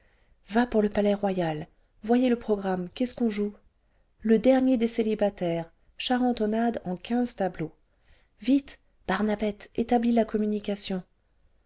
va pour le palais-royal voyez le programme qu'est-ce qu'où joue le dernier des célibataires charentonnade en tableaux le vingtième siècle vite barnabette établis la communication